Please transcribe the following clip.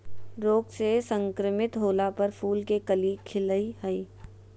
रोग से संक्रमित होला पर फूल के कली खिलई हई